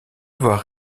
avoir